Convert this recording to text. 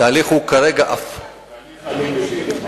תהליך אני מבין.